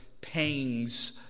pangs